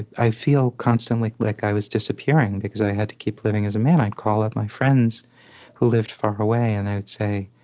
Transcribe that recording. feel constantly like i was disappearing because i had to keep living as a man. i'd call up my friends who lived far away, and i would say,